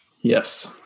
Yes